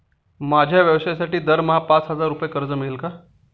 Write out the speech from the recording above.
माझ्या व्यवसायासाठी दरमहा पाच हजार रुपये कर्ज मिळेल का?